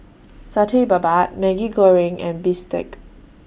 Satay Babat Maggi Goreng and Bistake